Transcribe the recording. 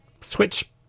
Switch